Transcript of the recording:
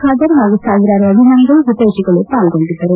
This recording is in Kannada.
ಖಾದರ್ ಹಾಗೂ ಸಾವಿರಾರು ಅಭಿಮಾನಿಗಳು ಹಿತ್ಯೆಷಿಗಳು ಪಾಲ್ಗೊಂಡಿದ್ದರು